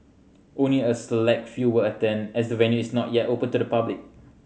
only a select few will attend as the venue is not yet open to the public